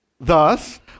Thus